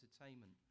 entertainment